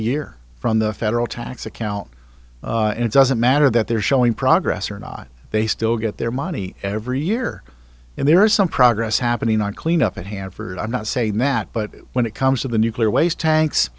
year from the federal tax account and it doesn't matter that they're showing progress or not they still get their money every year and there is some progress happening on clean up at hanford i'm not saying that but when it comes to the nuclear waste tanks